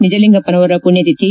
ನಿಜಲಿಂಗಪ್ಪನವರ ಪುಣ್ಯತಿಥಿ